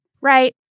right